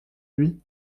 lui